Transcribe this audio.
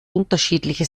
unterschiedliche